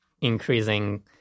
increasing